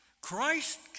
Christ